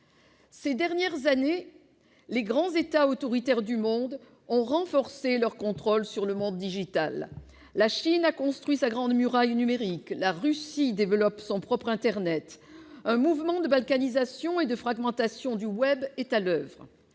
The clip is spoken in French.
Ces dernières années, les grands États autoritaires de la planète ont renforcé leur contrôle sur le monde numérique : la Chine a construit sa « grande muraille » numérique, la Russie développe son propre internet ... Un mouvement de balkanisation et de fragmentation du est à l'oeuvre.